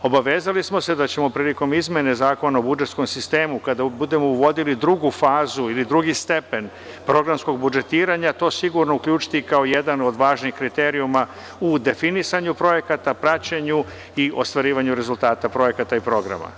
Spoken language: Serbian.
Obavezali smo se da ćemo prilikom izmene Zakona o budžetskom sistemu, kada budemo uvodili drugu fazu ili drugi stepen programskog budžetiranja, to sigurno uključiti kao jedan ova važnih kriterijuma u definisanju projekata, praćenju i ostvarivanju rezultata projekata i programa.